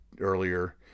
earlier